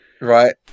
Right